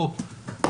בואו,